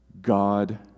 God